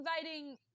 inviting